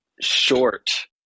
short